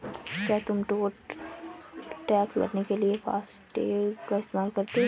क्या तुम toll tax भरने के लिए फासटेग का इस्तेमाल करते हो?